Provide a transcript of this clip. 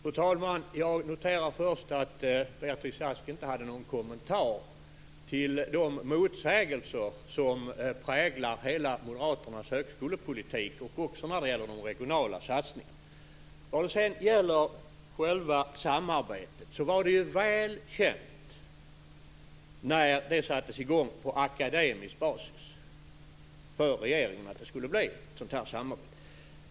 Fru talman! Jag noterar först att Beatrice Ask inte hade någon kommentar till de motsägelser som präglar hela moderaternas högskolepolitik och också när det gäller de regionala satsningarna. Vad sedan gäller själva samarbetet var det väl känt för regeringen när det här sattes i gång på akademisk basis att det skulle bli sådant här samarbete.